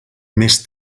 més